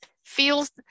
feels